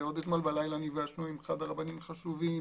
אתמול בלילה נפגשנו עם אחד הרבנים החשובים